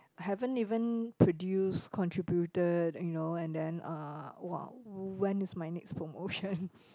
haven't even produce contributed you know and then uh !wow! when is my next promotion